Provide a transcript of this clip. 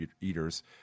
eaters